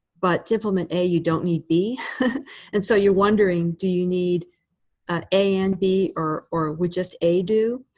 but to implement a, you don't need b and so you're wondering, do you need ah a and b, or or would just a do?